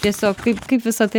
tiesiog kaip kaip visa tai